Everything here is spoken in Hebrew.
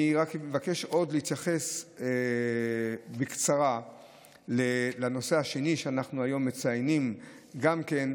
אני רק מבקש עוד להתייחס בקצרה לנושא השני שאנחנו היום מציינים גם כן,